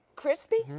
crispy.